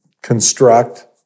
construct